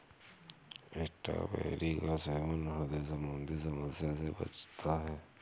strawberry का सेवन ह्रदय संबंधी समस्या से बचाता है